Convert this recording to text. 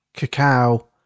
cacao